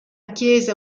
chiesa